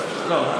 לא,